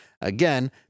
Again